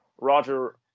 Roger